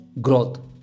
growth